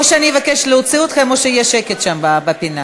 או שאני אבקש להוציא אתכם או שיהיה שקט שם בפינה.